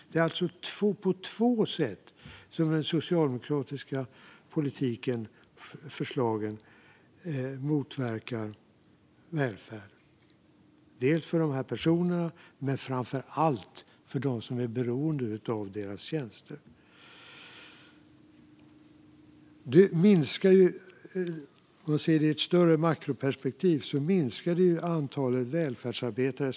Det är alltså på två sätt som de socialdemokratiska förslagen motverkar välfärden. Det gör de för dessa personer men framför allt för dem som är beroende av deras tjänster. Om man ser det i ett större makroperspektiv minskar det antalet välfärdsarbetare.